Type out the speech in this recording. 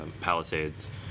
palisades